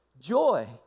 Joy